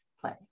play